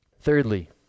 Thirdly